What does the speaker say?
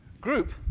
group